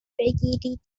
بگیرید